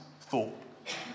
thought